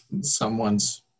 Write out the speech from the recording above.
someone's